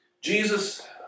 Jesus